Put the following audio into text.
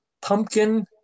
pumpkin